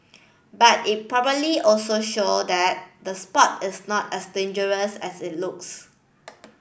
but it probably also show that the sport is not as dangerous as it looks